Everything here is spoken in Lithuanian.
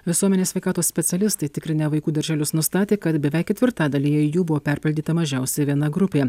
visuomenės sveikatos specialistai tikrinę vaikų darželius nustatė kad beveik ketvirtadalyje jų buvo perpildyta mažiausiai viena grupė